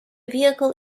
vehicle